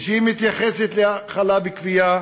ושהיא מתייחסת להאכלה בכפייה